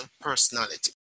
personality